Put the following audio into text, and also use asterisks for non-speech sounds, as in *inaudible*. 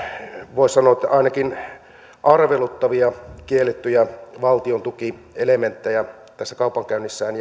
voisi sanoa että ainakin arveluttavia kiellettyjä valtiontukielementtejä tässä kaupankäynnissään *unintelligible*